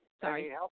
Sorry